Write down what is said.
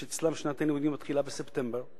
שאצלם שנת הלימודים מתחילה בספטמבר?